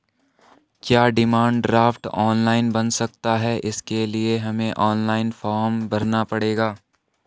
क्या demand draft online बन सकता है इसके लिए हमें ऑनलाइन फॉर्म भरना पड़ेगा?